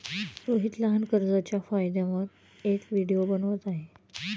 रोहित लहान कर्जच्या फायद्यांवर एक व्हिडिओ बनवत आहे